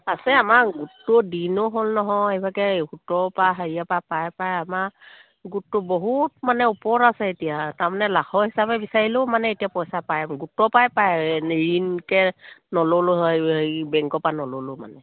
আছে আমাৰ গোটটো দিনো হ'ল নহয় এইভাগে সুতৰ পা হেৰিয়পা পায় পায় আমাৰ গোটটো বহুত মানে ওপৰত আছে এতিয়া তাৰমানে লাখৰ হিচাপে বিচাৰিলেও মানে এতিয়া পইচা পায় গোটৰ পাই পায় ঋণকে নল'লো হয় হেৰি বেংকৰ পৰা নল'লো মানে